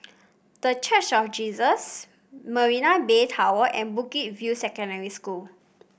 The Church of Jesus Marina Bay Tower and Bukit View Secondary School